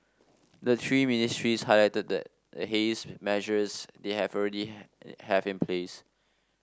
the three ministries highlighted the haze measures they have already have in place